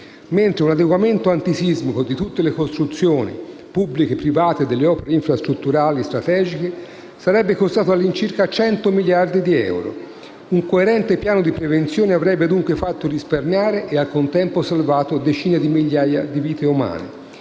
mentre un adeguamento antisismico di tutte le costruzioni, pubbliche e private e delle opere infrastrutturali strategiche sarebbe costato all'incirca 100 miliardi di euro. Un coerente piano di prevenzione avrebbe dunque fatto risparmiare e al contempo salvato decine di migliaia di vite umane.